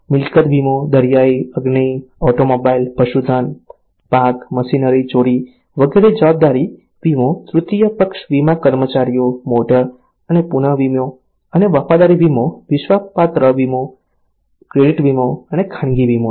મિલકત વીમો દરિયાઈ અગ્નિ ઓટોમોબાઈલ પશુધન પાક મશીનરી ચોરી વગેરે જવાબદારી વીમો તૃતીય પક્ષ વીમા કર્મચારીઓ મોટર અને પુન વીમો અને વફાદારી વીમો વિશ્વાસપાત્ર વીમો ક્રેડિટ વીમો અને ખાનગી વીમો છે